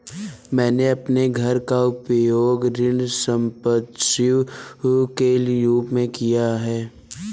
मैंने अपने घर का उपयोग ऋण संपार्श्विक के रूप में किया है